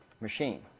machine